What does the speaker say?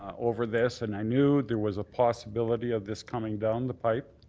over this, and i knew there was a possibility of this coming down the pipe.